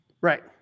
Right